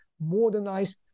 modernized